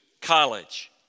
college